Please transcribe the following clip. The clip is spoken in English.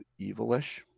evilish